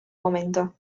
momento